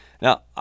Now